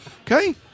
Okay